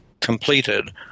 completed